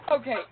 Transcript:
Okay